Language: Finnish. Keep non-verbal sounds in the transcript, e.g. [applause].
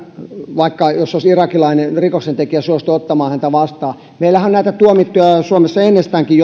vaikka olisi irakilainen rikoksentekijä suostu ottamaan heitä vastaan meillähän on suomessa jo ennestäänkin [unintelligible]